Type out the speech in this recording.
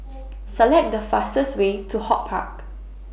Select The fastest Way to Hort Park